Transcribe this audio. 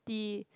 T